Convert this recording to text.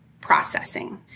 processing